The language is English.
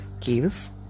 caves